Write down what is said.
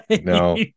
No